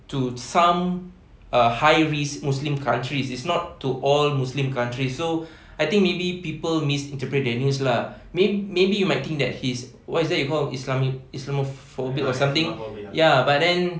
to some uh high risk muslim countries it's not to all muslim countries so I think maybe people misinterpret the news lah may~ maybe might think that he's what is it you called islamic islamophobic or something ya but then